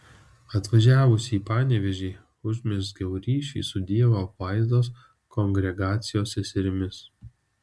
atvažiavusi į panevėžį užmezgiau ryšį su dievo apvaizdos kongregacijos seserimis